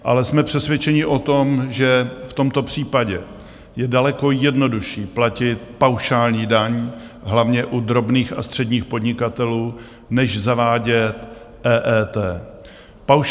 Ale jsme přesvědčeni o tom, že v tomto případě je daleko jednodušší platit paušální daň hlavně u drobných a středních podnikatelů než zavádět EET.